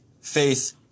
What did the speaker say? faith